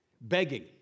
begging